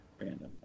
Random